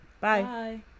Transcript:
Bye